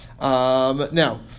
Now